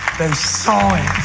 they saw it